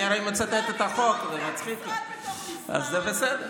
אני הרי מצטט את החוק, זה מצחיק אותה, אז זה בסדר.